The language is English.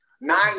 nine